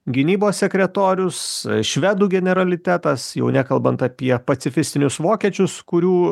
gynybos sekretorius švedų generalitetas jau nekalbant apie pacifistinius vokiečius kurių